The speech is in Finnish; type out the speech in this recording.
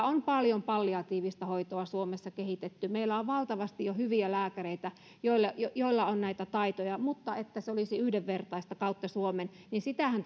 on paljon palliatiivista hoitoa suomessa kehitetty meillä on jo valtavasti hyviä lääkäreitä joilla on näitä taitoja mutta että se olisi yhdenvertaista kautta suomen sitähän